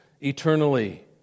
eternally